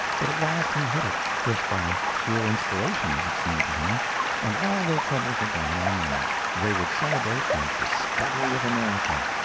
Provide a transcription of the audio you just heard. but at last he hit it just by sheer inspiration, as it seemed to him and all their troubles were gone in a moment they would celebrate the discovery of america.